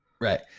Right